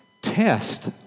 Test